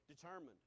determined